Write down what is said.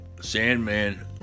Sandman